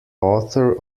author